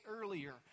earlier